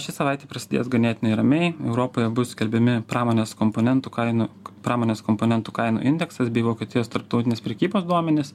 ši savaitė prasidės ganėtinai ramiai europoje bus skelbiami pramonės komponentų kainų pramonės komponentų kainų indeksas bei vokietijos tarptautinės prekybos duomenys